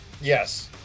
yes